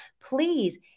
please